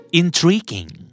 intriguing